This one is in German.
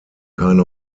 keine